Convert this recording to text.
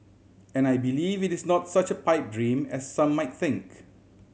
and I believe it is not such a pipe dream as some might think